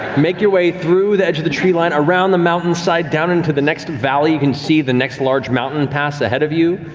make your way through the edge of the treeline around the mountainside, down into the next valley. you can see the next large mountain pass ahead of you.